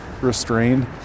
restrained